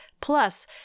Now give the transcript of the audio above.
plus